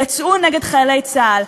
יצאו נגד חיילי צה"ל.